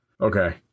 Okay